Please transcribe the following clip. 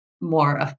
more